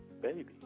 Baby